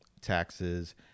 taxes